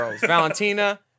Valentina